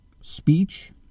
speech